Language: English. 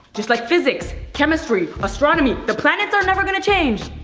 just like physics, chemistry, astronomy, the planets are never gonna change.